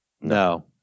No